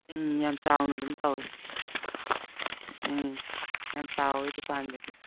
ꯎꯝ ꯌꯥꯝ ꯆꯥꯎꯅ ꯑꯗꯨꯝ ꯇꯧꯏ ꯎꯝ ꯌꯥꯝ ꯆꯥꯎꯏ ꯗꯨꯀꯥꯟꯗꯨꯗꯤ